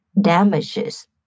damages